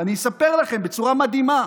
אני אספר לכם, בצורה מדהימה,